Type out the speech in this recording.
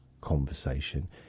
conversation